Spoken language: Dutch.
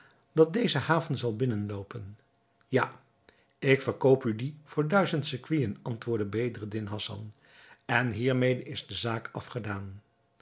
dat deze haven zal binnenloopen ja ik verkoop u die voor duizend sequinen antwoordde bedreddin hassan en hiermede is de zaak afgedaan